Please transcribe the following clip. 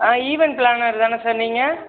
ஆ event planner தானே sir நீங்கள்